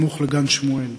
סמוך לגן-שמואל,